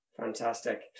Fantastic